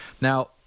Now